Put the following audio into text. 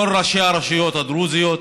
כל ראשי הרשויות הדרוזיות,